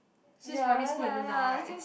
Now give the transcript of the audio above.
since primary school until now right